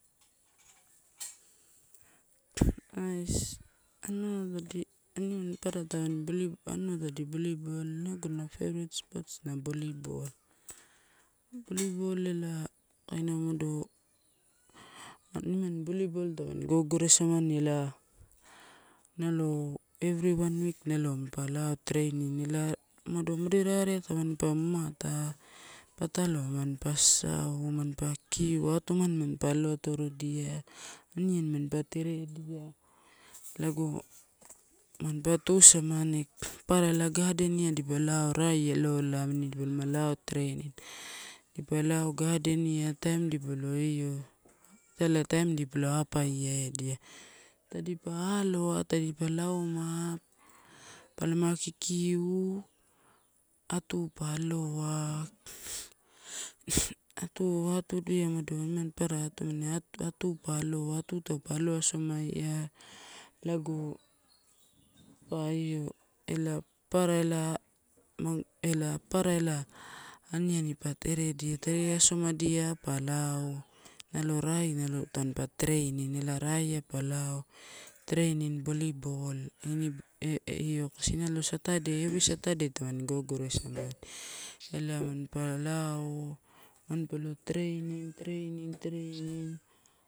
Ais anua tadi aniani papara tamani volleyball, anua tadi volleyball inaguna favorite sports na volleyball. Volleyball ela kaina umada nimani volleyball tamani gogoreisamani ela nalo every one week nalo manpa lao training ela umada moderate tampa mamata, patalo mpa sasau, manpa kikiu, atuma mampa aloatorrodia aniani mampa teredia lago manpa tusa mani. Papara ela gard eniai dipa lao rai elolai aniani dipa lao training. Dipa lao gardenia taim dipa la io, italai taim dipalo apaia edia, tadipa aloa, tadipa dipa lauma, palama kikiu atu pa aloa atu, atudia umado nimani papara atumani, atu pa aloa. Atu taupa alo asomaia, lago pa io ela papara ela ela papara aniani pa teredia, tere asomadia pa lao. Nalo rai nalo tampa training eela rai pa lao, training volleyball, io kasi satadei, every satadei tamani gogo resamani ela manpa lao manpa lo training, training, training.